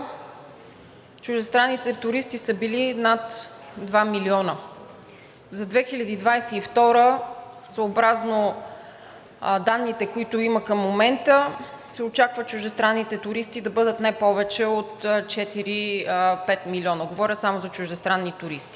чуждестранните туристи са били над 2 милиона, а за 2022 г., съобразно данните, които има към момента, се очаква чуждестранните туристи да бъдат не повече от 4 – 5 милиона. Говоря само за чуждестранни туристи.